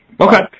Okay